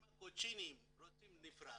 אם הקוצ'ינים רוצים נפרד,